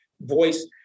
voice